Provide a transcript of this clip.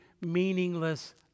meaningless